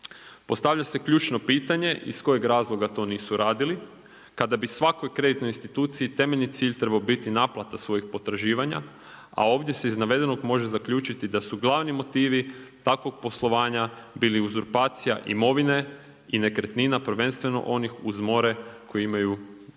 Postavlja se ključno pitanje iz kojeg razloga to nisu radili. Kada bi svakoj kreditnoj instituciji temeljni cilj trebao biti naplata svojih potraživanja a ovdje se iz navedenog može zaključiti da su glavni motivi takvog poslovanja bili uzurpacija imovine i nekretnina prvenstveno onih uz more koji imaju veliku